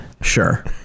Sure